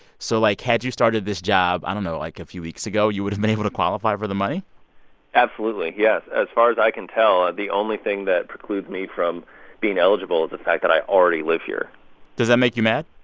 so, like, had you started this job i don't know like, a few weeks ago, you would've been able to qualify for the money yes. as far as i can tell, the only thing that precludes me from being eligible is the fact that i already live here does that make you mad?